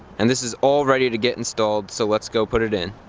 and this is all ready to get installed, so let's go put it in.